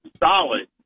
solid